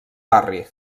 barri